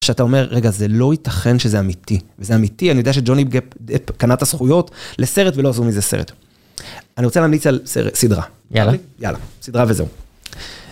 כשאתה אומר רגע זה לא ייתכן שזה אמיתי וזה אמיתי אני יודע שג'וני דפ קנה את הזכויות לסרט ולא עשו מזה סרט. אני רוצה להמליץ על סדרה יאללה סדרה וזהו.